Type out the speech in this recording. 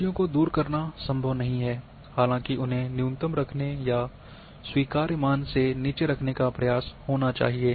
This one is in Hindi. त्रुटियों को दूर करना संभव नहीं है हालांकि उन्हें न्यूनतम रखने या स्वीकार्य मान से नीचे रखने का प्रयास होना चाहिए